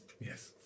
yes